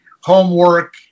homework